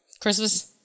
Christmas